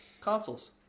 consoles